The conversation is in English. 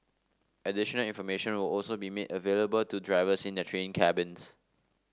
additional information will also be made available to drivers in their train cabins